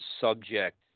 subject